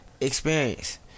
experience